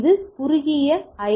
இது குறுகிய ஐ